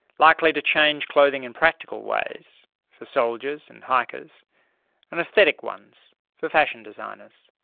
likely to change clothing in practical ways for soldiers and hikers and aesthetic ones for fashion designers.